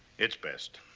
it's best.